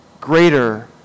greater